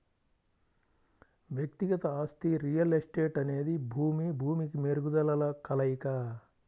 వ్యక్తిగత ఆస్తి రియల్ ఎస్టేట్అనేది భూమి, భూమికి మెరుగుదలల కలయిక